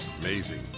amazing